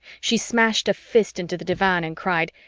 she smashed a fist into the divan and cried,